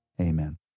amen